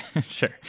sure